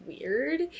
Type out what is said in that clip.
weird